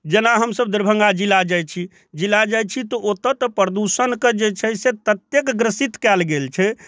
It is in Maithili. जेना हमसब दरभङ्गा जिला जाइ छी जिला जाइ छी तऽ ओतऽ तऽ प्रदुषणके जे छै से ततेक ग्रसित कयल गेल छै